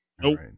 Nope